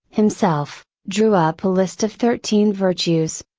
himself, drew up a list of thirteen virtues,